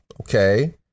okay